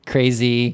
Crazy